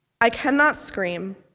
i cannot scream.